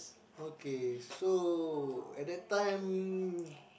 okay so at that time